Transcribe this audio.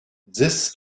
dix